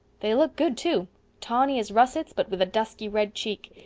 they look good, too tawny as russets but with a dusky red cheek.